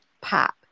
pop